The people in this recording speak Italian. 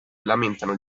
lamentano